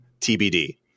TBD